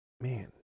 man